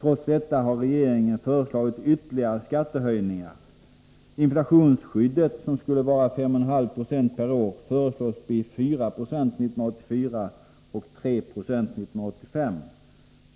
Trots detta har regeringen föreslagit ytterligare skattehöjningar. Inflationsskyddet — som skulle vara 5,5 96 per år — föreslås bli 4 96 1984 och 3 90 1985.